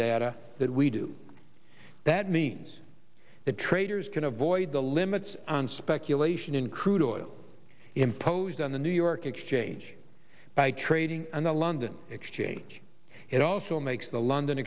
data that we do that means that traders can avoid the limits on speculation in crude oil imposed on the new york exchange by trading on the london exchange it also makes the london